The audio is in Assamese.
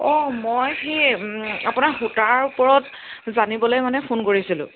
অঁ মই সেই আপোনাৰ সূতাৰ ওপৰত জানিবলৈ মানে ফোন কৰিছিলোঁ